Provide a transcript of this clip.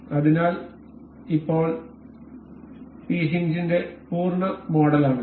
അതിനാൽ ഇപ്പോൾ ഈ ഹിംഗിന്റെ പൂർണ്ണ മോഡലാണിത്